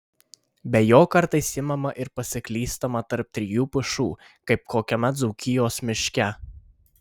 be jo kartais imama ir pasiklystama tarp trijų pušų kaip kokiame dzūkijos miške